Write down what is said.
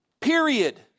Period